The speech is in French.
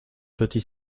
petit